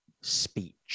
speech